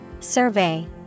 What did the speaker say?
Survey